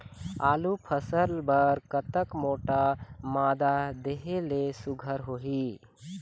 आलू फसल बर कतक मोटा मादा देहे ले सुघ्घर होही?